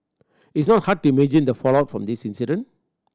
it's not hard to imagine the fallout from this incident